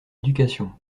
éducation